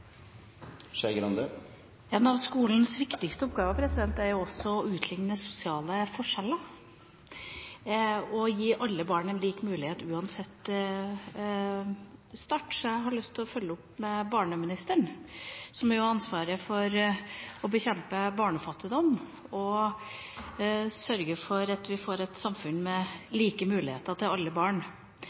å utligne sosiale forskjeller og gi alle barn like muligheter, uansett start, så jeg har lyst å følge opp med å stille et spørsmål til barneministeren, som har ansvaret for å bekjempe barnefattigdom og sørge for at vi får et samfunn med like muligheter for alle barn.